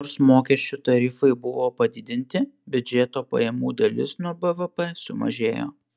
nors mokesčių tarifai buvo padidinti biudžeto pajamų dalis nuo bvp sumažėjo